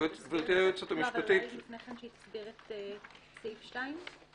גברתי היועצת המשפטית -- אולי לפני כן שהיא תסביר את סעיף 2?